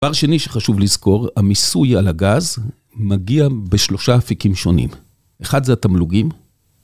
דבר שני שחשוב לזכור, המיסוי על הגז מגיע בשלושה אפיקים שונים. אחד זה התמלוגים.